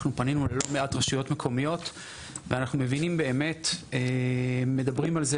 אנחנו פנינו ללא מעט רשויות מקומיות ואנחנו מבינים ומדברים על זה